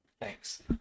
Thanks